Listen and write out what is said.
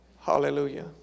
Hallelujah